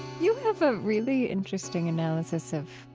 you have a really interesting analysis of,